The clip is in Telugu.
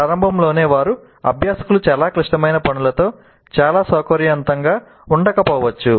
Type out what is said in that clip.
ప్రారంభంలోనే వారు అభ్యాసకులు చాలా క్లిష్టమైన పనులతో చాలా సౌకర్యంగా ఉండకపోవచ్చు